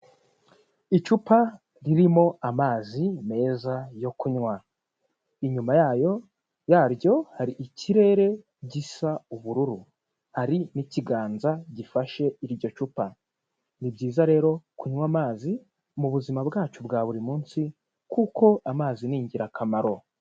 Icupa ririmo amazi meza yo kunywa, inyuma yayo yaryo hari ikirere gisa ubururu, hari n'ikiganza gifashe iryo cupa, ni byiza rero kunywa amazi mubuzima bwacu bwa buri munsi kuko amazi ni ingirakamaro.